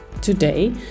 Today